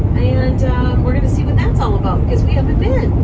and we're gonna see what that's all about cause we haven't been,